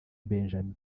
benjamin